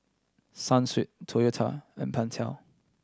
Sunsweet Toyota and Pentel